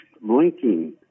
blinking